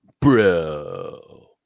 bro